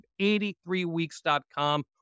83weeks.com